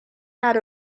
out